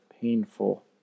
painful